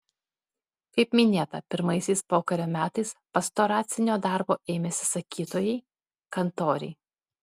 kaip minėta pirmaisiais pokario metais pastoracinio darbo ėmėsi sakytojai kantoriai